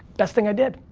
best thing i did.